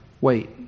wait